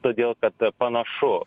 todėl kad panašu